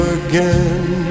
again